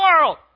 world